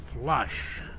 flush